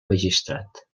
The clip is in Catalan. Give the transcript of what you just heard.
magistrat